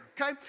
okay